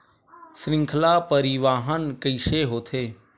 श्रृंखला परिवाहन कइसे होथे?